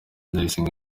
ndayisenga